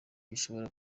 gishobora